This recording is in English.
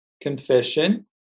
confession